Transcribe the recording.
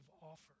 offer